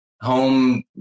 home